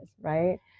right